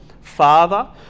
father